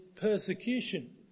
persecution